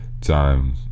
time